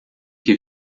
que